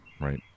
right